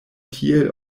tiel